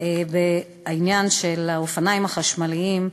בעניין של האופניים החשמליים,